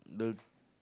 the